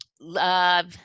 love